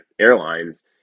airlines